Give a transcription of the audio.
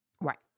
Right